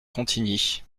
contigny